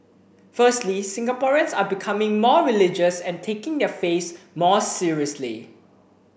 firstly Singaporeans are becoming more religious and taking their faiths more seriously